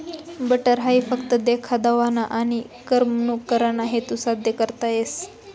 butter हाई फक्त देखा दावाना आनी करमणूक कराना हेतू साद्य करता येस